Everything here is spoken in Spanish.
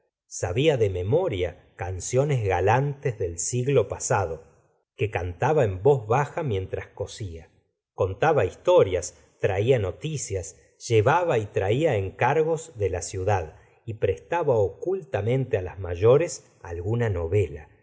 sabía de memoria canciones galantes del siglo pasado la señora de vary que cantaba en voz baja mientras cosía contaba historias traía noticias llevaba y traía encargos de la ciudad y prestaba ocultamente las mayores alguna novela